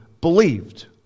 believed